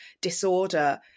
disorder